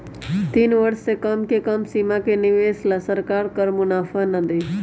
तीन वर्ष से कम के सीमा के निवेश ला सरकार कर मुनाफा ना देई